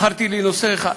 בחרתי לי נושא אחד,